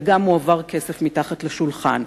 וגם מועבר כסף מתחת לשולחן.